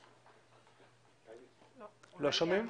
בבקשה.